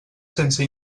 sense